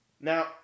Now